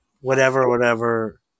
whatever-whatever